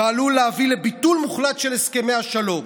ועלול להביא לביטול מוחלט של הסכמי השלום.